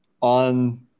on